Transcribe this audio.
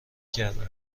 کردم